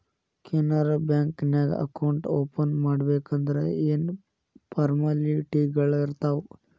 Canara bank ನ್ಯಾಗ account open ಮಾಡ್ಬೇಕಂದರ ಯೇನ್ ಫಾರ್ಮಾಲಿಟಿಗಳಿರ್ತಾವ?